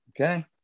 Okay